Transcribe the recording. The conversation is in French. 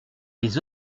les